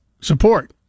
support